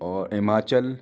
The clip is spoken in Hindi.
और हिमाचल